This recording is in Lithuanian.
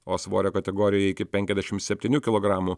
o svorio kategorijoje iki penkiasdešimt septynių kilogramų